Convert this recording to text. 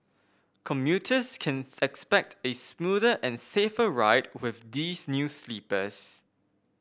commuters can expect a smoother and safer ride with these new sleepers